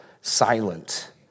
silent